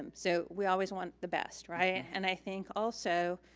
um so we always want the best, right? and i think also,